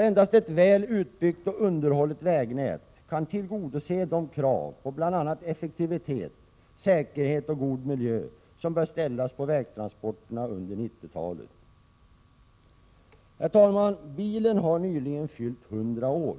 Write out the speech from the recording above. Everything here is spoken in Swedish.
Endast ett väl utbyggt och underhållet vägnät kan tillgodose de krav på bl.a. effektivitet, säkerhet och god miljö som bör ställas på vägtransporterna under 1990-talet. Bilen har nyligen fyllt 100 år.